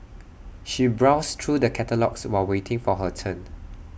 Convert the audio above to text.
she browsed through the catalogues while waiting for her turn